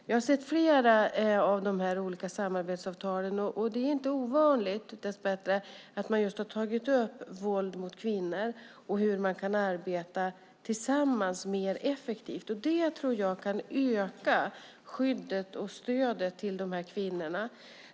Jag har sett flera av de här olika samarbetsavtalen, och det är inte ovanligt att man just har tagit upp våld mot kvinnor och hur man kan arbeta tillsammans mer effektivt. Det tror jag kan öka skyddet och stödet till de här kvinnorna.